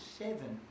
seven